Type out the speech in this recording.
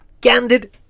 ...candid